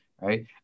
right